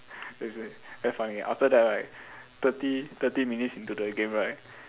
is it very funny after that right thirty thirty minutes into the game right